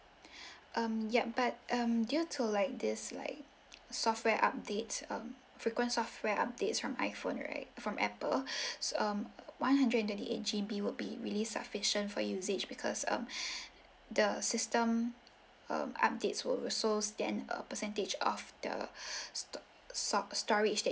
um yup but um due to like this like software updates um frequent software updates from iphone right from apple um one hundred and twenty eight G_B would be really sufficient for usage because um the system um updates will also stand uh percentage of the sto~ so storage